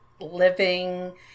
living